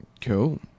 Cool